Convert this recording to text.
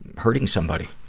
hurting somebody.